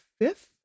fifth